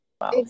Wow